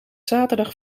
zaterdag